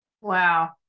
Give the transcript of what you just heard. wow